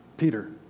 Peter